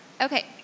Okay